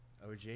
OG